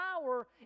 power